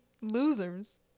losers